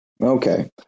Okay